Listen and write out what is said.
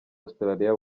australia